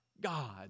God